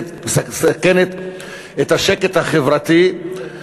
מסכנת את השקט החברתי.